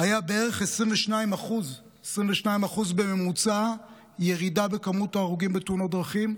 היה בערך 22% 22% בממוצע ירידה במספר ההרוגים בתאונות דרכים,